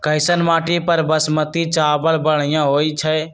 कैसन माटी पर बासमती चावल बढ़िया होई छई?